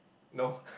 know